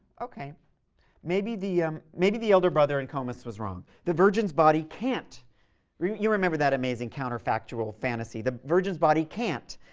okay maybe the maybe the elder brother in comus was wrong. the virgin's body can't you remember that amazing counterfactual fantasy the virgin's body can't,